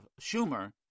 Schumer